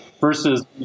versus